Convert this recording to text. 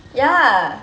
ya